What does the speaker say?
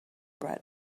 bread